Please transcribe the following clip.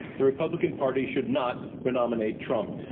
the republican party should not re-nominate trump.